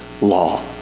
law